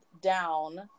Down